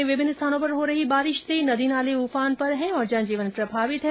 प्रदेश में विभिन्न स्थानों पर हो रही बारिश से नदी नाले उफान पर है और जनजीवन प्रभावित हो रहा है